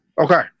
Okay